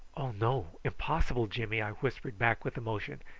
oh no! impossible, jimmy, i whispered back with emotion.